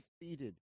defeated